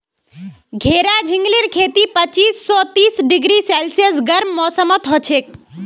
घेरा झिंगलीर खेती पच्चीस स तीस डिग्री सेल्सियस गर्म मौसमत हछेक